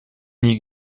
nie